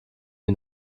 die